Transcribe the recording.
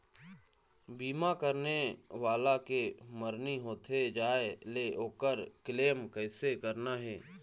बीमा करने वाला के मरनी होथे जाय ले, ओकर क्लेम कैसे करना हे?